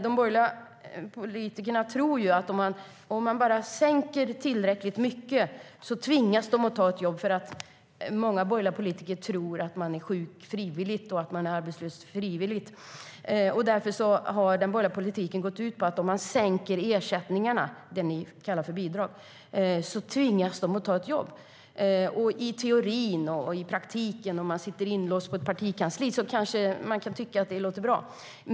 De borgerliga politikerna tror att om man bara sänker tillräckligt mycket tvingas människor att ta ett jobb. Många borgerliga politiker tror att människor är sjuka och arbetslösa frivilligt. Därför har den borgerliga politiken gått ut på att om man sänker ersättningarna - det ni kallar för bidrag - tvingas de att ta ett jobb.I teorin, och i praktiken om man sitter inlåst på ett partikansli, kan man kanske tycka att det låter bra.